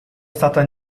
stata